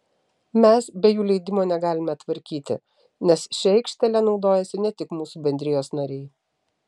mes be jų leidimo negalime tvarkyti nes šia aikštele naudojasi ne tik mūsų bendrijos nariai